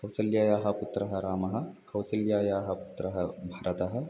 कौसल्यायाः पुत्रः रामः कौसल्यायाः पुत्रः भरतः